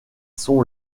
sont